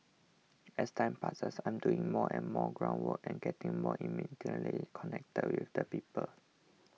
as time passes I'm doing more and more ground work and getting more intimately connected with the people